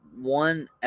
one